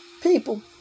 People